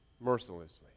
mercilessly